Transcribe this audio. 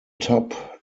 top